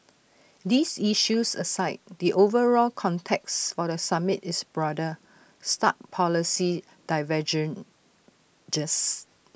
these issues aside the overall context for the summit is broader stark policy divergences